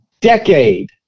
decade